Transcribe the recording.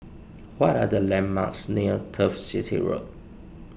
what are the landmarks near Turf City Road